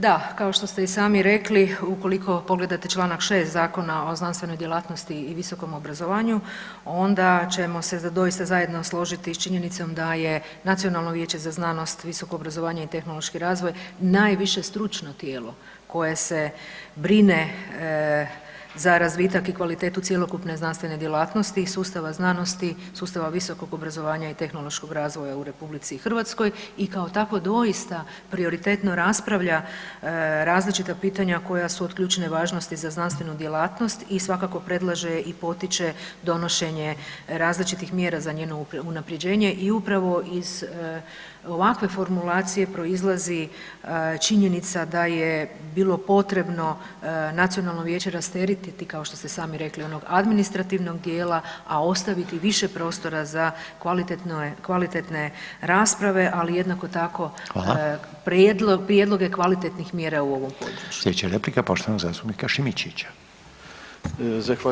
Da, kao što ste i sami rekli, ukoliko pogledate čl. 6 Zakona o znanstvenoj djelatnosti i visokom obrazovanju onda ćemo se doista zajedno složiti s činjenicom da je Nacionalno vijeće za znanost, visoko obrazovanje i tehnološki razvoj najviše stručno tijelo koje se brine za razvitak i kvalitetu cjelokupne znanstvene djelatnosti i sustava znanosti, sustava visokog obrazovanja i tehnološkog razvoja u RH i kao takvo, doista prioritetno raspravlja različita pitanja koja su od ključne važnosti za znanstvenu djelatnost i svakako predlaže i potiče donošenje različitih mjera za njenu unaprjeđenje i upravo iz ovakve formulacije proizlazi činjenica da je bilo potrebno Nacionalno vijeće rasteretiti, kao što se sami rekli, onog administrativnog dijela, a ostaviti više prostora za kvalitetne rasprave, ali jednako tako [[Upadica: Hvala.]] prijedloge kvalitetnih mjera u ovom području.